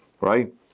Right